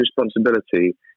responsibility